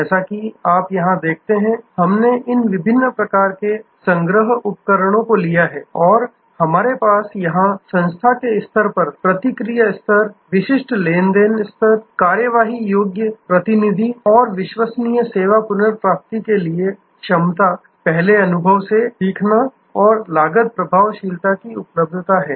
जैसा कि आप यहाँ देखते हैं हमने इन विभिन्न प्रकार के संग्रह उपकरणों को ले लिया है और हमारे पास यहाँ संस्था के स्तर प्रक्रिया स्तर विशिष्ट लेनदेन स्तर कार्रवाई योग्य प्रतिनिधि और विश्वसनीय सेवा पुनर्प्राप्ति के लिए क्षमता पहले अनुभव से सीखना और लागत प्रभावशीलता की उपलब्धता हैं